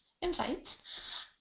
insights